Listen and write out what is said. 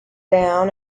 down